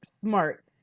smart